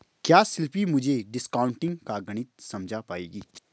क्या शिल्पी मुझे डिस्काउंटिंग का गणित समझा पाएगी?